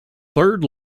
third